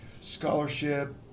scholarship